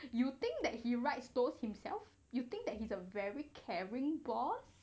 you think that he writes those himself you think that he's a very caring boss